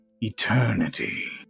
eternity